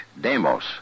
demos